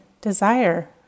desire